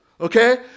okay